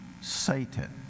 Satan